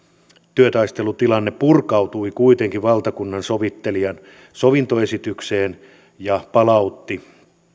työtaistelutilanne purkautui kuitenkin valtakunnansovittelijan sovintoesitykseen ja palautti